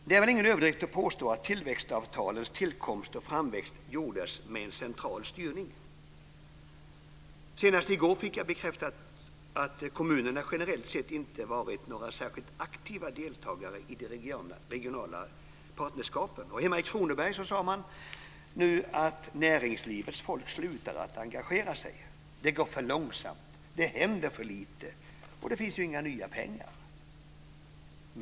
Det är väl ingen överdrift att påstå att tillväxtavtalens tillkomst och framväxt gjordes med en central styrning. Senast i går fick jag bekräftat att kommunerna generellt sett inte varit några särskilt aktiva deltagare i regionala partnerskap. Hemma i Kronoberg säger man att näringslivets folk slutar att engagera sig. Det går för långsamt, det händer för lite och det finns ju inga nya pengar!